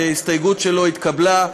שהסתייגות שלו התקבלה,